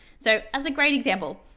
so as a great example,